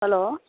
hello